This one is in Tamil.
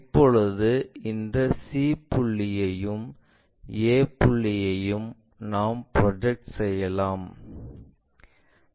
இப்போது இந்த c புள்ளியையும் a புள்ளியையும் நாம் ப்ரொஜெக்ட் செய்யலாம்